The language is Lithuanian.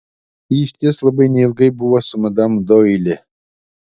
ji išties labai neilgai buvo su madam doili